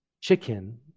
chicken